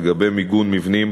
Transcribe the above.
לגבי מיגון מבנים